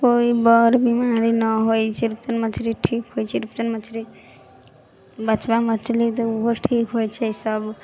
कोइ बर बीमारी ना होय छै रूपचन्द मछली ठीक होइ छै रूपचन्द मछली बचबा मछली तऽ उहो ठीक होइ छै इसब